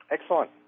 Excellent